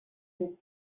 and